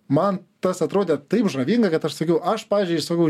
man tas atrodė taip žavinga kad aš sakiau aš pavyzdžiui sakau